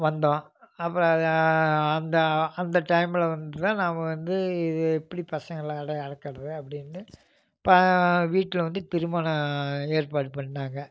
வந்தோம் அப்புறம் அது அந்த அந்த டைமில் வந்துதான் நான் வந்து இது எப்படி பசங்களை அடக்குவது அப்படின்னு வீட்டில் வந்து திருமணம் ஏற்பாடு பண்ணாங்க